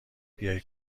بیای